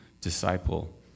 disciple